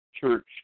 church